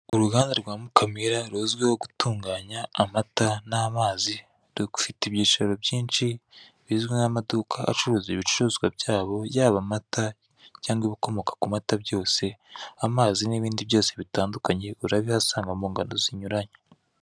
Uruganda rwa mukamira rizwiho gutunganya amata n'amazi rufite uibyicaro byinshi bizwi nk'amaduka acuruza ibicuruzwa byabo, yaba amata cyangwa ibikomoka ku mata byose amazi cyangwa ibindi byose bitandukanye urabihasanga ku ngano zinyuranye.